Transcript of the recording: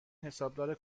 حسابدار